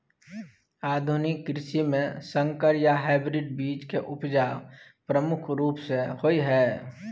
आधुनिक कृषि में संकर या हाइब्रिड बीज के उपजा प्रमुख रूप से होय हय